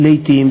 לעתים,